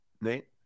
Nate